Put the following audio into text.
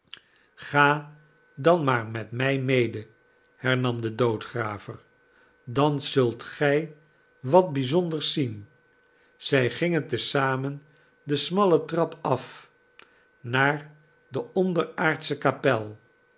ga dan maar met mij mede hernam de doodgraver dan zult gij wat bijzonders zien zij gingen te zamen de smalle trap af naar de onderaardsche kapel